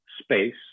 space